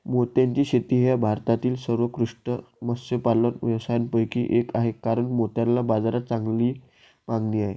मोत्याची शेती हा भारतातील सर्वोत्कृष्ट मत्स्यपालन व्यवसायांपैकी एक आहे कारण मोत्यांना बाजारात चांगली मागणी आहे